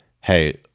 hey